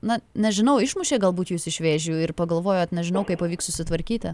na nežinau išmušė galbūt jus iš vėžių ir pagalvojot nežinau kaip pavyks susitvarkyti